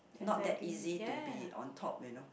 not that easy to be on top you know